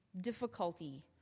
difficulty